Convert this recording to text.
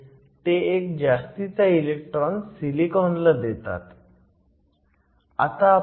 म्हणजे ते एक जास्तीचा इलेक्ट्रॉन सिलिकॉनला देतात